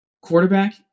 Quarterback